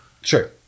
Sure